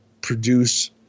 produce